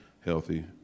healthy